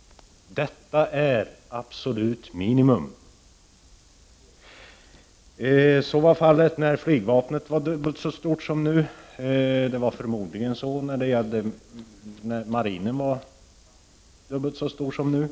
— detta är absolut minimum! Så var fallet när flygvapnet var dubbelt så stort som nu. Det var förmodligen så när marinen var dubbelt så stor som nu.